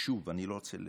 ושוב, אני לא רוצה להחמיא,